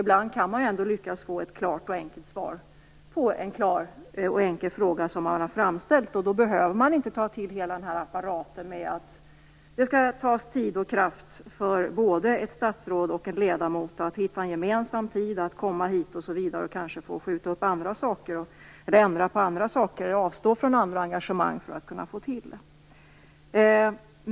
Ibland kan man lyckas få ett klart och enkelt svar på en klar och enkel fråga som man ställt. Då behöver man inte dra i gång hela apparaten, när man skall ta tid och kraft för både ett statsråd och en ledamot att hitta en gemensam tid, komma hit och kanske skjuta upp, ändra eller avstå från andra saker och engagemang för att kunna få till det.